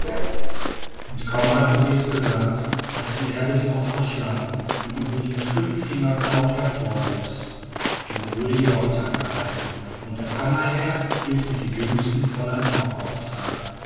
und kaum hatten sie es gesagt als die erde sie auch verschlang und über ihnen fünffingerkraut hervorwuchs nun wurde die hochzeit gehalten und der kammerherr hielt mit dem jüngsten fräulein auch hochzeit